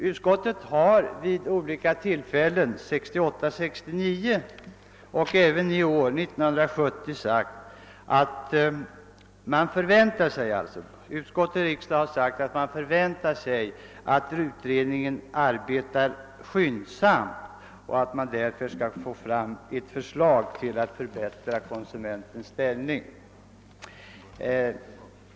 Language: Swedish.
Utskottet har vid olika tillfällen — 1968, 1969 och även i år — framhållit att det förväntar sig att utredningen arbetar skyndsamt för att få fram förslag för förbättring av konsumenternas ställning.